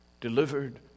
Delivered